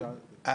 זה